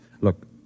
Look